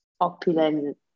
opulent